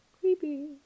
Creepy